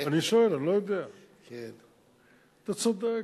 אני שואל, אני לא יודע, אתה צודק.